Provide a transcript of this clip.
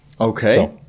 Okay